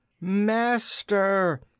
Master